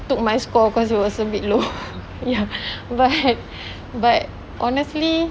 took my score because it was a bit low ya but but honestly